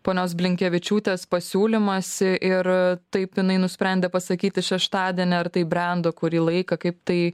ponios blinkevičiūtės pasiūlymas ir taip jinai nusprendė pasakyti šeštadienį ar tai brendo kurį laiką kaip tai